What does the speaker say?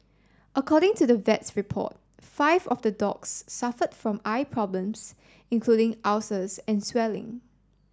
according to the vet's report five of the dogs suffered from eye problems including ulcers and swelling